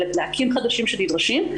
ולהקים חדשים שנדרשים.